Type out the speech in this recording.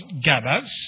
gathers